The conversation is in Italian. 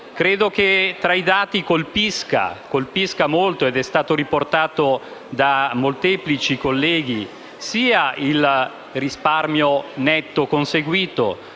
Credo che tra i dati colpiscano molto - è stato riportato da molteplici colleghi - sia il risparmio netto conseguito,